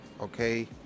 Okay